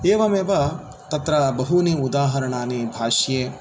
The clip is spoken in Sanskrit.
एवमेव तत्र बहूनि उदाहरणानि भाष्ये दत्तानि